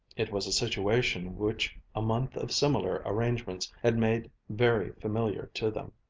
it was a situation which a month of similar arrangements had made very familiar to them.